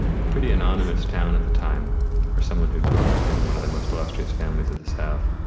pretty anonymous town at the time for someone who had grown up in one of the most illustrious families of the south,